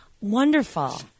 Wonderful